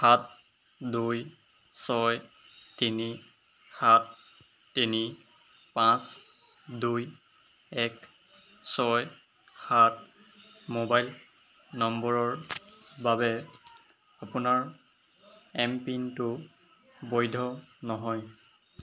সাত দুই ছয় তিনি সাত তিনি পাঁচ দুই এক ছয় সাত মোবাইল নম্বৰৰ বাবে আপোনাৰ এমপিনটো বৈধ নহয়